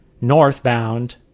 northbound